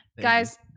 guys